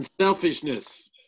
Selfishness